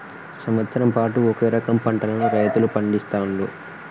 సంవత్సరం పాటు ఒకే రకం పంటలను రైతులు పండిస్తాండ్లు